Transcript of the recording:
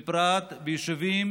בפרט ביישובים